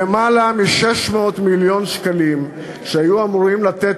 למעלה מ-600 מיליון שקלים שהיו אמורים לתת